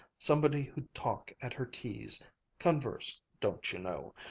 somebody who'd talk at her teas converse, don't you know.